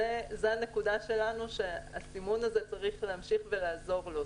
זו הנקודה שלנו שהסימון הזה צריך להמשיך ולעזור לו.